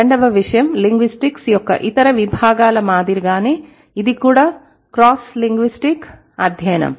రెండవ విషయం లింగ్విస్టిక్స్ యొక్క ఇతర విభాగాల మాదిరిగానే ఇది కూడా క్రాస్ లింగ్విస్టిక్ అధ్యయనం